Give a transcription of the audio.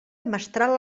mestral